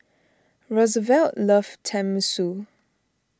Rosevelt loves Tenmusu